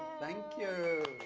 thank you.